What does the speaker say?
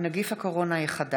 תודה.